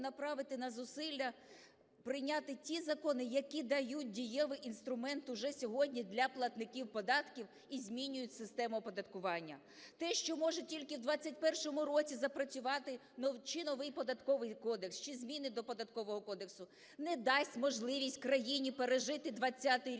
Те, що може тільки в 21-му році запрацювати чи новий Податковий кодекс, чи зміни до Податкового кодексу, не дасть можливість країні пережити 20-й рік,